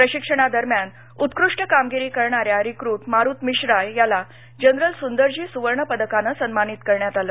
प्रशिक्षणादरम्यान उत्कृष्ट कामगिरी करणाऱ्या रिक्रूट मारुत मिश्रा याला जनरल सुंदरजी सुवर्ण पदकानं सन्मानित करण्यात आलं